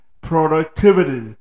productivity